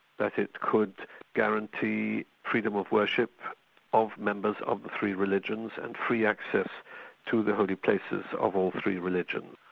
that it could guarantee freedom of worship of members of the three religions, and free access to the holy places of all three religions.